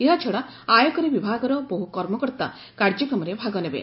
ଏହାଛଡ଼ା ଆୟକର ବିଭାଗର ବହୁ କର୍ମକର୍ତ୍ତା କାର୍ଯ୍ୟକ୍ରମରେ ଭାଗ ନେବେ